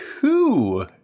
two